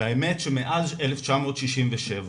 והאמת שמאז 1967,